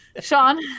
Sean